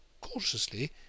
cautiously